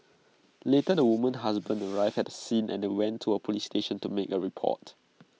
later the woman's husband arrived at the scene and they went to A Police station to make A report